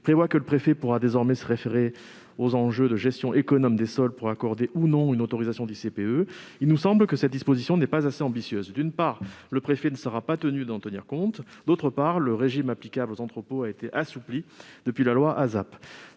prévoit que le préfet pourra désormais se référer aux enjeux de gestion économe des sols pour accorder ou non une autorisation ICPE, il nous semble que cette disposition n'est pas assez ambitieuse : d'une part, le préfet ne sera pas tenu d'en tenir compte ; d'autre part, le régime applicable aux entrepôts a été assoupli depuis la loi du